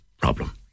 problem